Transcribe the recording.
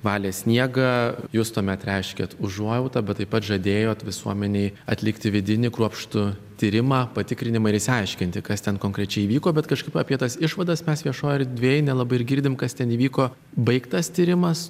valė sniegą jūs tuomet reiškėt užuojautą bet taip pat žadėjot visuomenei atlikti vidinį kruopštų tyrimą patikrinimą ir išsiaiškinti kas ten konkrečiai įvyko bet kažkaip apie tas išvadas mes viešoj erdvėj nelabai ir girdim kas ten įvyko baigtas tyrimas